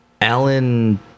alan